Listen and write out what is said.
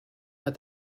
had